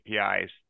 APIs